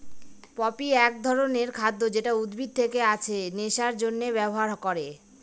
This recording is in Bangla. পপি এক ধরনের খাদ্য যেটা উদ্ভিদ থেকে আছে নেশার জন্যে ব্যবহার করে